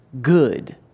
good